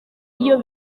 iyo